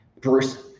Bruce